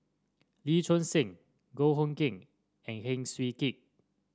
Lee Choon Seng Goh Hood Keng and Heng Swee Keat